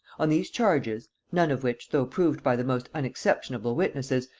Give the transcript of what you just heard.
on these charges, none of which, though proved by the most unexceptionable witnesses,